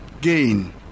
gain